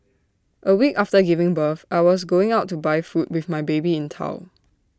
A week after giving birth I was going out to buy food with my baby in tow